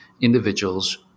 individuals